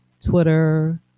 Twitter